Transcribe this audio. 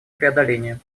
преодолению